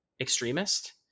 extremist